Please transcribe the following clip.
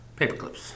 Paperclips